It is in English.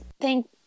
thank